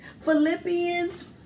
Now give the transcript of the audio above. Philippians